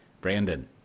brandon